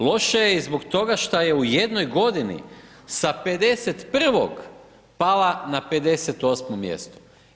Loše je i zbog toga šta je u jednog godini sa 51 pala na 58 mjesto.